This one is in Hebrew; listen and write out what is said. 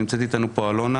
ונמצאת איתנו אלונה